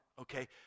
Okay